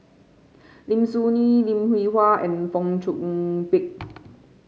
Lim Soo Ngee Lim Hwee Hua and Fong Chong Pik